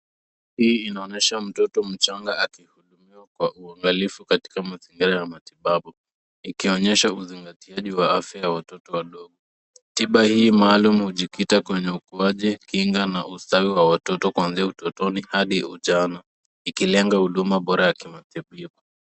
Hii inaonyesha mtoto mchanga akihudumiwa kwa uangilifu katika mazingira ya matibabu, ikionyesha uzingatiaji wa afya ya watoto wadogo. Tiba hii maalum hujikita kwenye ukuaji, kinga na ustawi wa watoto kuanzia utotoni hadi ujana ikilenga huduma bora ya kimatibabu.